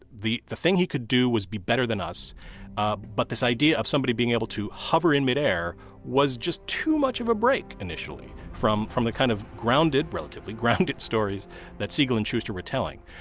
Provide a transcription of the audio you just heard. the the thing he could do was be better than us ah but this idea of somebody being able to hover in midair was just too much of a break initially from from the kind of grounded, relatively grounded stories that siegel and shuster were telling.